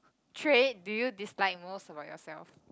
trait do you dislike most about yourself